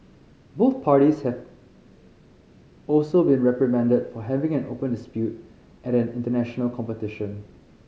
both parties have also been reprimanded for having an open dispute at an international competition